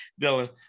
Dylan